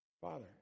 Father